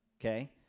Okay